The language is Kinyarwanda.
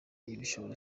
igishoro